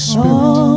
Spirit